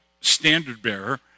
standard-bearer